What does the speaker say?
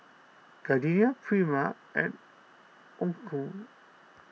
Gardenia Prima and Onkyo